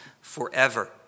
forever